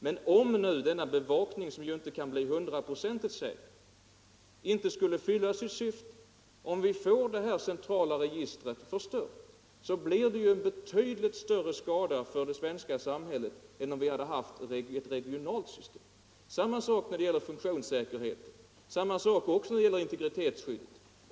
Men om denna bevakning, som ju inte kan bli hundraprocentigt säker, inte skulle fylla sitt syfte utan det centrala registret blir förstört, innebär det en betydligt större skada för det svenska samhället än om vi hade ett regionalt system. Det är samma sak när det gäller funktionssäkerheten och integritetsskyddet.